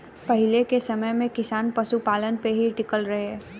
पहिले के समय में किसान पशुपालन पे ही टिकल रहे